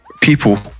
People